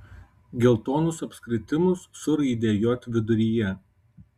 geltonus apskritimus su raide j viduryje